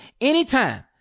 anytime